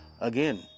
Again